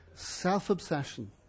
Self-obsession